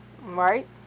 Right